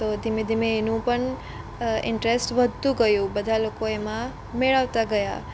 તો ધીમે ધીમે એનું પણ ઇન્ટરેસ્ટ વધતું ગયું બધા લોકો એમાં મેળવતા ગયા